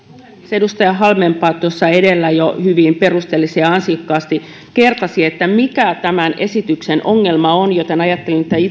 edustaja halmeenpää tuossa edellä jo hyvin perusteellisesti ja ansiokkaasti kertasi mikä tämän esityksen ongelma on joten ajattelin että itse puhun